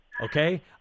okay